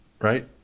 right